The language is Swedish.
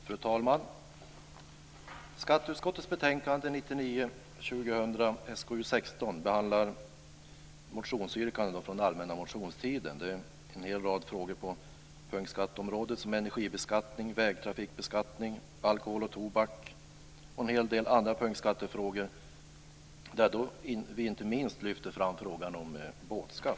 Fru talman! Skatteutskottets betänkande 1999/2000 SkU:16 behandlar motionsyrkanden från den allmänna motionstiden 1999. Det är en hel rad frågor på punktskatteområdet som energibeskattning, vägtrafikbeskattning, alkohol, tobak och en del andra punktskattefrågor. Inte minst lyfter vi fram frågan om båtskatt.